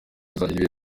tuzagirana